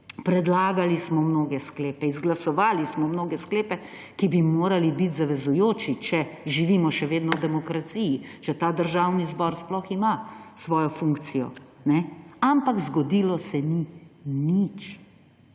Predlagali smo mnoge sklepe, izglasovali smo mnoge sklepe, ki bi morali biti zavezujoči, če živimo še vedno v demokraciji, če ta državni zbor sploh ima svojo funkcijo. Ampak zgodilo se ni nič.